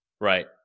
Right